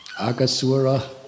Agasura